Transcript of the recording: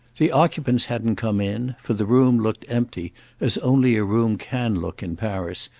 the occupants hadn't come in, for the room looked empty as only a room can look in paris,